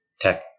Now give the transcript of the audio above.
tech